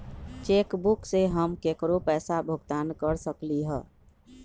cheque book से हम केकरो पैसा भुगतान कर सकली ह